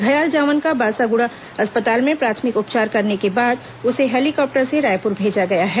घायल जवान का बासागुड़ा अस्तपाल में प्राथमिक उपचार करने के बाद उसे हेलीकॉप्टर से रायपुर भेजा गया है